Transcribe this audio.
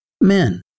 men